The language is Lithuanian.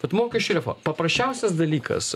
bet mokesčių refo paprasčiausias dalykas